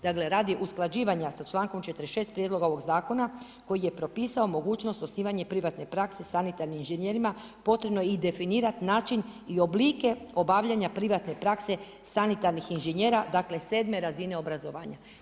Dakle radi usklađivanja sa člankom 46 prijedloga ovog zakona koji je propisao mogućnost osnivanje privatne prakse sanitarnim inženjerima potrebno je i definirat način i oblike obavljanja privatne prakse sanitarnih inžinjera, dakle sedme razine obrazovanja.